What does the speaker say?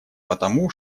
потому